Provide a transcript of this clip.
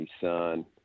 son